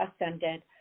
ascended